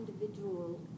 individual